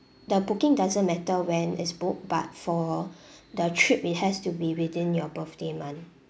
the booking doesn't matter when is booked but for the trip it has to be within your birthday month